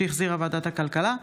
שהחזירה ועדת הכלכלה.